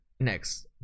Next